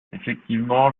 effectivement